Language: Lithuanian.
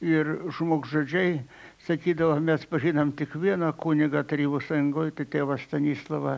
ir žmogžudžiai sakydavo mes pažinom tik vieną kunigą tarybų sąjungoj tai tėvą stanislovą